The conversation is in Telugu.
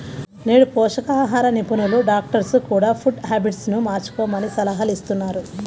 నేడు పోషకాహార నిపుణులు, డాక్టర్స్ కూడ ఫుడ్ హ్యాబిట్స్ ను మార్చుకోమని సలహాలిస్తున్నారు